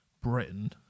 britain